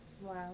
Wow